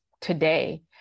today